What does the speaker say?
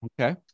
Okay